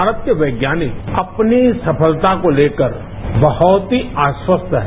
भारत के वैज्ञानिक अपनी सफलता को लेकर बहुत ही आश्वस्त हैं